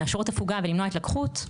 להשרות הפוגה ולמנוע התלקחות.